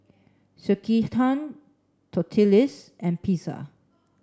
Sekihan Tortillas and Pizza